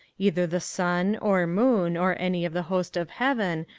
either the sun, or moon, or any of the host of heaven,